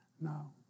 No